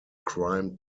crime